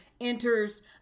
enters